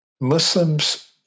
Muslims